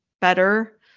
better